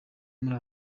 muri